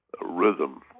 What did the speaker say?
Rhythm